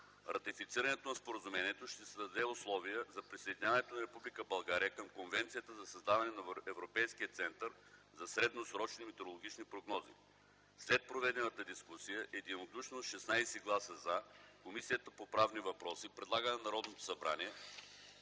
Ратифицирането на Споразумението ще създаде условия за присъединяването на Република България към Конвенцията за създаване на Европейския център за средносрочни метеорологични прогнози. След проведената дискусия, единодушно с 16 гласа ”за”, Комисията по правни въпроси предлага на Народното събрание